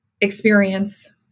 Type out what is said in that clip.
experience